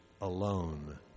alone